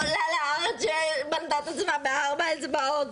עולה לארץ שבנתה את עצמה בארבע אצבעות.